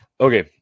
Okay